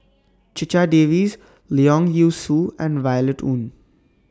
Checha Davies Leong Yee Soo and Violet Oon